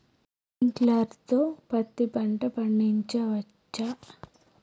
Sprinkler తో పత్తి పంట పండించవచ్చా?